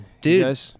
Dude